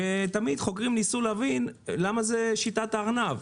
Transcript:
ותמיד חוקרים ניסו להבין למה זה שיטת הארנב.